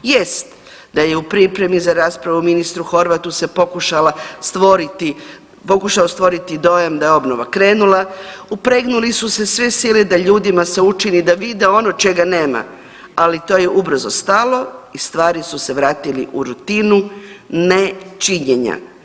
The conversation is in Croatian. Jest, da je u pripremi za raspravu ministru Horvatu se pokušala stvoriti, pokušao stvoriti dojam da je obnova krenula, upregnule su se sve sile da ljudi se učini da vide ono čega nema, ali to je ubrzo stalo i stvari su se vratile u rutinu nečinjenja.